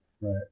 Right